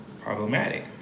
Problematic